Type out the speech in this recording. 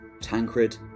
Tancred